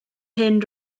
hyn